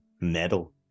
Metal